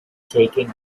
taking